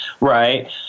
Right